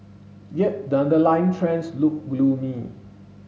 yet the underlying trends look gloomy